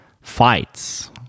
Fights